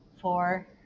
four